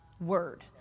word